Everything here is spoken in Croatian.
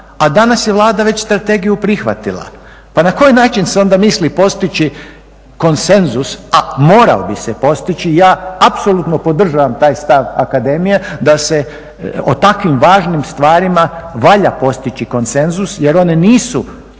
a danas je Vlada već strategiju prihvatila. Pa na koji način se onda misli postići konsenzus, a morao bi se postići, ja apsolutno podržavam taj stav akademije da se o takvim važnim stvarima valja postići konsenzus jer one nisu